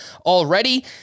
already